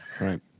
Right